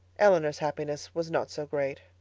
elinor's happiness was not so great.